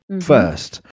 first